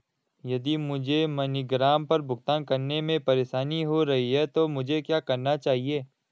यदि मुझे मनीग्राम पर भुगतान करने में परेशानी हो रही है तो मुझे क्या करना चाहिए?